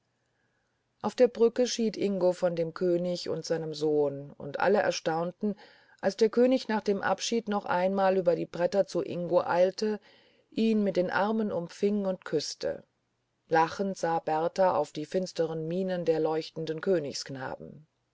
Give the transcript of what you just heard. auf der brücke schied ingo von dem könig und seinem sohn und alle erstaunten als der könig nach dem abschied noch einmal über die bretter zu ingo eilte ihn mit den armen umfing und küßte lachend sah berthar auf die finsteren mienen der leuchtenden